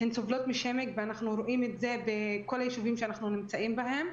הן סובלות משיימינג ואנחנו רואים את זה בכל היישובים שאנחנו נמצאים בהם,